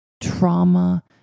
trauma